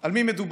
על מי מדובר.